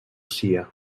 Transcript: sia